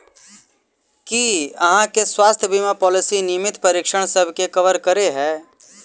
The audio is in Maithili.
की अहाँ केँ स्वास्थ्य बीमा पॉलिसी नियमित परीक्षणसभ केँ कवर करे है?